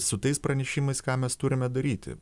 su tais pranešimais ką mes turime daryti